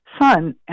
son